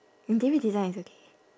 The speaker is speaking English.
interior design is okay